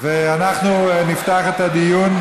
ואנחנו נפתח את הדיון.